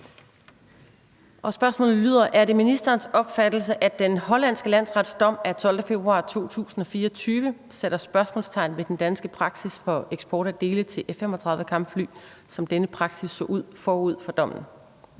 Pertou Mach (EL): Er det ministerens opfattelse, at den hollandske landsrets dom af 12. februar 2024 sætter spørgsmålstegn ved den danske praksis for eksport af dele til F-35-kampfly, som denne praksis så ud forud for dommen?